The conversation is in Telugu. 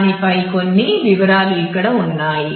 దానిపై కొన్ని వివరాలు ఇక్కడ ఉన్నాయి